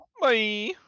Bye